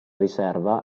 riserva